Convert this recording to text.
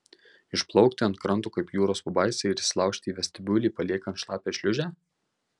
išplaukti ant kranto kaip jūros pabaisai ir įšliaužti į vestibiulį paliekant šlapią šliūžę